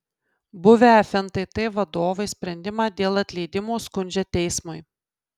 buvę fntt vadovai sprendimą dėl atleidimo skundžia teismui